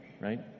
right